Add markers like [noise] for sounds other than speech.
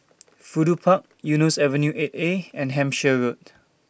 [noise] Fudu Park Eunos Avenue eight A and Hampshire Road